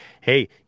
hey